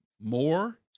more